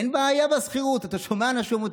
אין בעיה בשכירות, אתה שומע אנשים שאומרים.